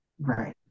Right